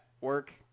work